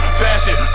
fashion